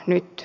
nyt